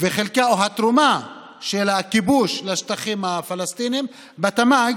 התרומה של הכיבוש בשטחים הפלסטיניים לתמ"ג,